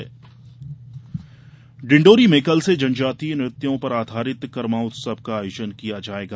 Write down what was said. करमा उत्सव डिण्डौरी में कल से जनजातीय नृत्यों पर आधारित करमा उत्सव का आयोजन किया जायेगा